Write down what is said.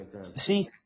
See